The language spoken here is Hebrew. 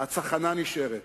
הצחנה נשארת.